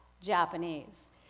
Japanese